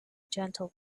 gentle